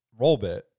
Rollbit